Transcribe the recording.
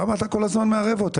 למה אתה כל הזמן מערב אותה?